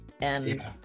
and-